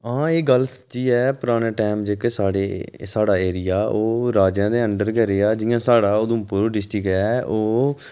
सब तू पैह्लें रूल डोगरा रूल जेह्का शुरू होआ महाराजा गुलाब सिंह दी बजह कन्नै गै होआ शुरू